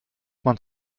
man